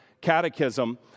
Catechism